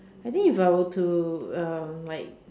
I think if I were to um like